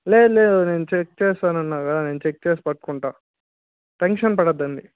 లేదు లేదు నేను చెక్ చేస్తా అన్నా కదా నేను చెక్ చేసి పట్టుకుంటా టెన్షన్ పడొద్దండి